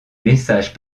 messages